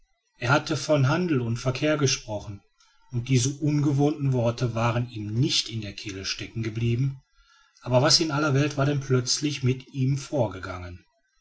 er hatte von handel und verkehr gesprochen und die so ungewohnten worte waren ihm nicht in der kehle stecken geblieben aber was in aller welt war denn plötzlich mit ihm vorgegangen